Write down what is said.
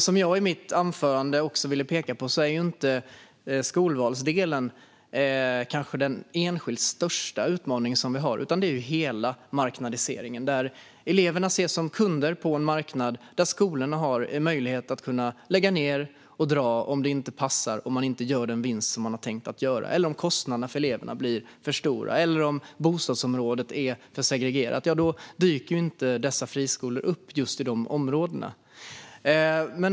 Som jag i mitt anförande ville peka på är inte skolvalsdelen den kanske enskilt största utmaning som vi har, utan det är hela marknadiseringen. Eleverna ses som kunder på en marknad där skolorna har en möjlighet att kunna lägga ned och dra om det inte passar, om de inte gör den vinst som de har tänkt göra, om kostnaderna för eleverna blir för stora eller om bostadsområdet är för segregerat. Då dyker inte dessa friskolor upp i just de områdena.